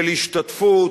של השתתפות,